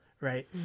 right